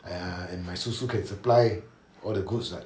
ya and my 叔叔 can supply all the goods [what]